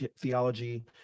Theology